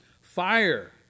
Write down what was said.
Fire